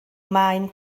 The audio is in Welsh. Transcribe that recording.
maen